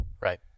Right